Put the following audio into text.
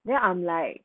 then I'm like